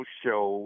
show